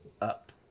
up